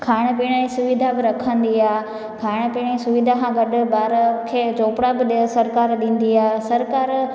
खाइणु पीअण जी सुविधा बि रखंदी आहे खाइणु पीअण जी सुविधा खां गॾु ॿार खे झोपड़ा बि ॾिए सरकारु ॾींदी आहे सरकारु